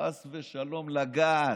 חס ושלום לגעת,